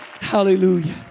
Hallelujah